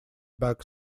back